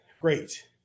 Great